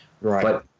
Right